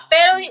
Pero